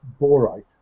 borite